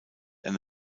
eine